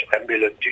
ambulance